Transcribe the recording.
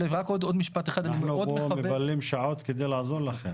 אנחנו פה מבלים שעות כדי לעזור לכם.